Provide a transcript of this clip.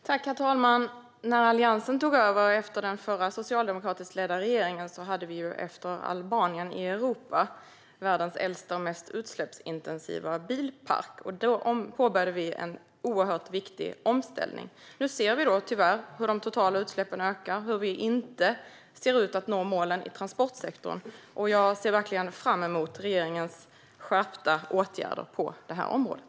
Herr talman! När Alliansen tog över efter den förra socialdemokratiskt ledda regeringen hade Sverige efter Albanien världens äldsta och mest utsläppsintensiva bilpark i Europa. Då påbörjade vi en oerhört viktig omställning. Nu ser vi, tyvärr, hur de totala utsläppen ökar och hur Sverige inte ser ut att nå målen i transportsektorn. Jag ser verkligen fram emot regeringens skärpta åtgärder på området.